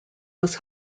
was